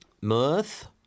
mirth